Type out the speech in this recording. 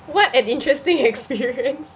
what an interesting experience